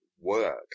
work